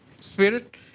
spirit